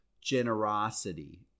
generosity